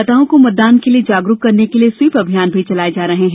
मतदाताओं को मतदान के लिए जागरूक करने के लिए स्वीप अभियान चलाये जा रहे हैं